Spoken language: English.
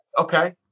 Okay